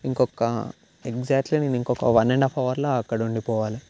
ఇంకొక ఎగ్జాట్లీ నేను ఇంకొక వన్ అండ్ ఆఫ్ అవర్లో అక్కడ ఉండిపోవాలి